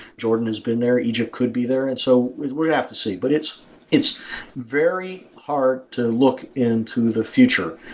jordan has been there. egypt could be there. and so we're going to have to see. but it's it's very hard to look into the future.